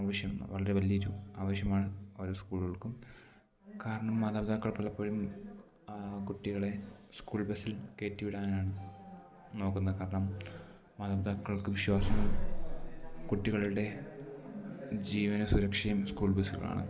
ആവശ്യം വളരെ വലിയ ഒരു ആവശ്യമാണ് ഓരോ സ്കൂളുകൾക്കും കാരണം മാതാപിതാക്കൾ പലപ്പോഴും കുട്ടികളെ സ്കൂൾ ബസ്സിൽ കയറ്റി വിടാനാണ് നോക്കുന്നത് കാരണം മാതാപിതാക്കൾക്ക് വിശ്വാസം കുട്ടികളുടെ ജീവന് സുരക്ഷയും സ്കൂൾ ബസ്സുകളാണ്